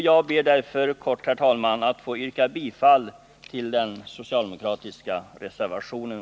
Jag ber därför, herr talman, att få yrka bifall till den socialdemokratiska reservationen.